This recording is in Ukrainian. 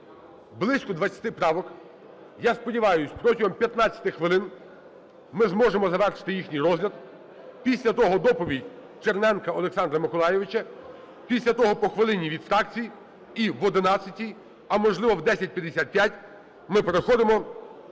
близько 20 правок. Я сподіваюся, протягом 15 хвилин ми зможемо завершити їхній розгляд, після того доповідь Черненка Олександра Миколайовича, після того по хвилині від фракцій і об 11-й, а, можливо, о 10:55 ми переходимо